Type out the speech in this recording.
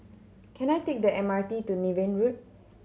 can I take the M R T to Niven Road